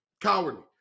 Cowardly